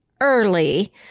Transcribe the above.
early